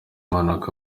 mpanuka